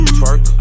Twerk